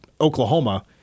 Oklahoma